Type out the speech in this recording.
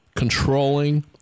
Controlling